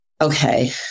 Okay